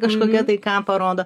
kažkokia tai ką parodo